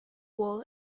wool